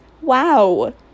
Wow